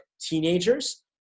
teenagers